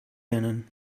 lernen